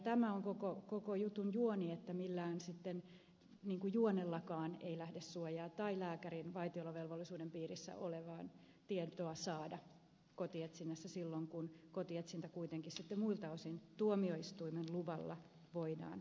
tämä on koko jutun juoni että millään juonellakaan ei lähdesuojaa tai lääkärin vaitiolovelvollisuuden piirissä olevaa tietoa saada kotietsinnässä silloin kun kotietsintä kuitenkin sitten muilta osin tuomioistuimen luvalla voidaan tehdä